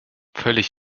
völlig